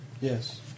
Yes